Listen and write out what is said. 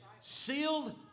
Sealed